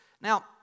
Now